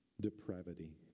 depravity